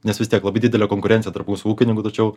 nes vis tiek labai didelė konkurencija tarp mūsų ūkininkų tačiau